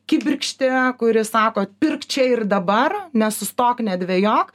kibirkštį kuri sako pirk čia ir dabar nesustok nedvejok